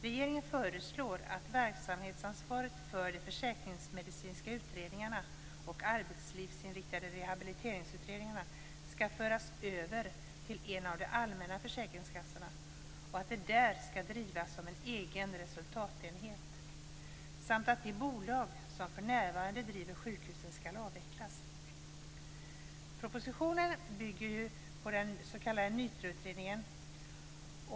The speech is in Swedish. Regeringen föreslår att verksamhetsansvaret för de försäkringsmedicinska utredningarna och arbetslivsinriktade rehabiliteringsutredningarna skall föras över till en av de allmänna försäkringskassorna och att de där skall drivas som en egen resultatenhet samt att de bolag som för närvarande driver sjukhusen skall avvecklas. Propositionen bygger ju på den s.k. NYTRA utredningen.